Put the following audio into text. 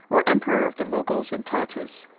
or emperor of the moguls and tartars.